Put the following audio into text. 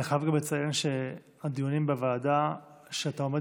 אני חייב גם לציין שהדיונים בוועדה שאתה עומד